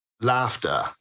laughter